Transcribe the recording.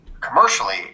commercially